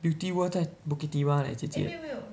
beauty world 在 Bukit Timah leh 姐姐